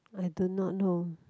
I do not know